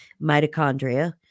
mitochondria